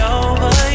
over